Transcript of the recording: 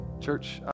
Church